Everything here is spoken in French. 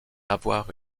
avoir